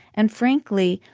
and frankly,